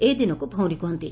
ଏହି ଦିନକୁ ଭଉଁରୀ କୁହନ୍ତି